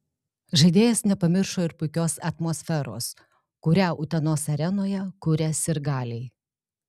žaidėjas nepamiršo ir puikios atmosferos kurią utenos arenoje kuria sirgaliai